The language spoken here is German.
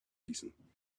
ließen